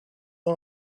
ans